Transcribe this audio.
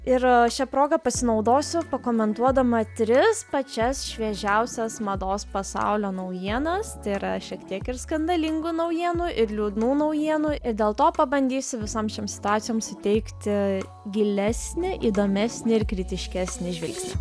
ir šia proga pasinaudosiu pakomentuodama tris pačias šviežiausias mados pasaulio naujienos tai yra šiek tiek ir skandalingų naujienų ir liūdnų naujienų ir dėl to pabandysiu visom šiom situacijom suteikti gilesnį įdomesnę ir kritiškesnį žvilgsnį